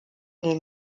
den